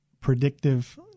predictive